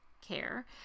care